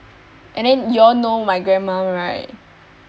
and then you all know my grandma right